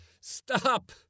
Stop